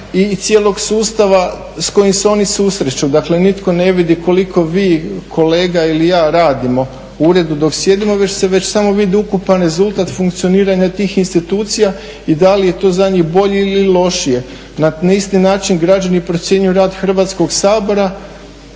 i cijelog sustava s kojim se oni susreću. Dakle, nitko ne vidi koliko vi kolega ili ja radimo u uredu dok sjedimo već samo vide ukupan rezultat funkcioniranja tih institucija i da li je to za njih bolje ili lošije. Na isti način građani procjenjuju rad Hrvatskog sabora